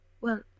Well